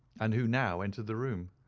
and who now entered the room.